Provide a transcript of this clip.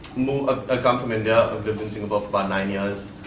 ah ah come from india, i've lived in singapore for about nine years,